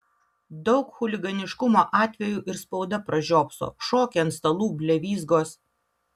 daug chuliganiškumo atvejų ir spauda pražiopso šokiai ant stalų blevyzgos